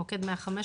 מוקד 105,